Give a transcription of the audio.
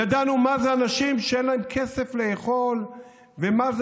ידענו מה זה אנשים שאין להם כסף לאכול ומה זה